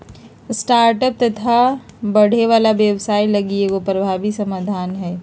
startups तथा बढ़े वाला व्यवसाय लगी एगो प्रभावी समाधान हइ